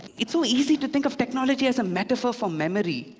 it's so easy to think of technology as a metaphor for memory,